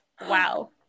Wow